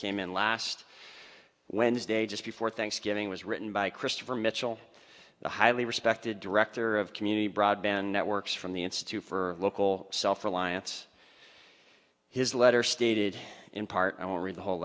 came in last wednesday just before thanksgiving was written by christopher mitchell the highly respected director of community broadband networks from the institute for local self reliance his letter stated in part i will read the whole